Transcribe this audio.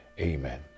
Amen